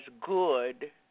good